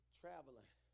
traveling